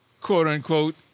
quote-unquote